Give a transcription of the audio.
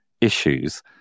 issues